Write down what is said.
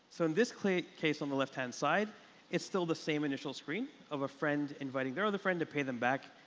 so in this case, on the left hand side it's still the same initial screen of a friend inviting their other friend to pay them back.